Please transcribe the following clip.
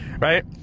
right